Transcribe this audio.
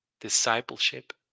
Discipleship